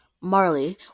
Marley